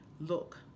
Look